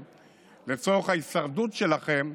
למנסור עבאס לצורך ההישרדות שלכם.